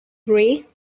rae